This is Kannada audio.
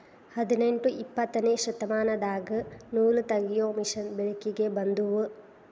ಹದನೆಂಟ ಇಪ್ಪತ್ತನೆ ಶತಮಾನದಾಗ ನೂಲತಗಿಯು ಮಿಷನ್ ಬೆಳಕಿಗೆ ಬಂದುವ